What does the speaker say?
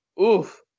oof